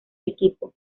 equipo